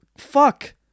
fuck